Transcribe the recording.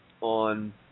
on